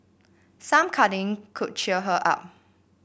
some cuddling could cheer her up